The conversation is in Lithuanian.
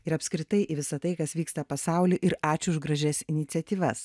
ir apskritai į visa tai kas vyksta pasauly ir ačiū už gražias iniciatyvas